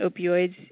opioids